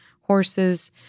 horses